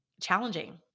challenging